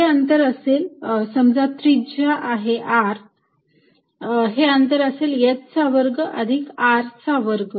हे अंतर असेल समजा त्रिज्या आहे R हे अंतर असेल h चा वर्ग अधिक R चा वर्ग